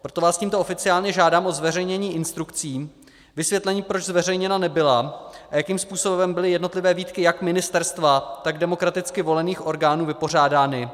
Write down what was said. Proto vás tímto oficiálně žádám o zveřejnění instrukce, vysvětlení, proč zveřejněna nebyla a jakým způsobem byly jednotlivé výtky jak ministerstva, tak demokraticky volených orgánů vypořádány.